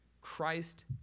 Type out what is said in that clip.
Christ